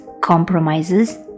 compromises